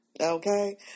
okay